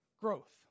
growth